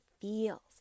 feels